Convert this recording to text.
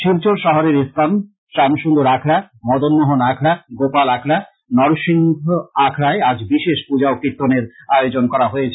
শিলচর শহরের ইসকন শামসুন্দর আখড়া মদনমোহন আখড়া গোপাল আখড়ানরসিং আখড়ায় আজ বিশেষ পৃজা ও কীর্ত্তনেরও আয়োজন করা হয়েছে